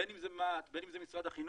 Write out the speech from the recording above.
בין אם זה מה"ט, בין אם זה משרד החינוך,